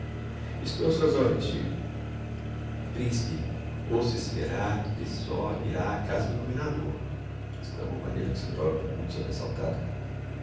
estou ás suas ordens tio principe ouso esperar que só irá a casa do governador exclamou maria alexandrovna muito